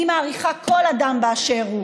אני מעריכה כל אדם באשר הוא.